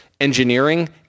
engineering